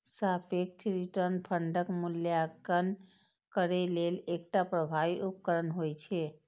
सापेक्ष रिटर्न फंडक मूल्यांकन करै लेल एकटा प्रभावी उपकरण होइ छै